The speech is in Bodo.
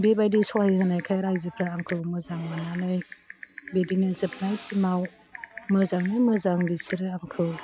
बेबादि सहाय होनायखाय रायजोफ्रा आंखौ मोजां मोन्नानै बिदिनो जोबनाय सिमाव मोजाङै मोजां बिसोरो आंखौ